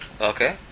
Okay